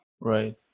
Right